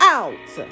out